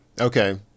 Okay